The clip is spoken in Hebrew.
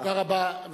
תודה רבה.